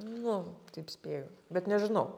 nu taip spėju bet nežinau